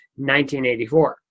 1984